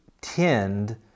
tend